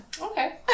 okay